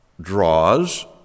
draws